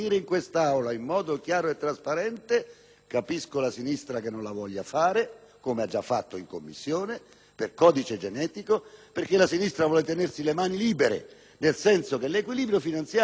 (capisco che la sinistra non la voglia fare, come è già accaduto in Commissione, per codice genetico, perché la sinistra vuole tenersi le mani libere, nel senso che l'equilibrio finanziario del deficit si può ottenere anche aumentando le tasse),